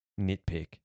nitpick